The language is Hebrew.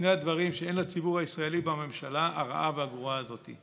שני הדברים שאין לציבור הישראלי בממשלה הרעה והגרועה הזאת.